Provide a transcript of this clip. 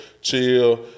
chill